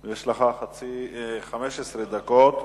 יש לך 15 דקות.